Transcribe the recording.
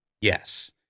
Yes